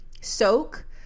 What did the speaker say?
Soak